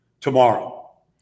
tomorrow